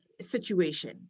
situation